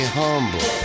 humble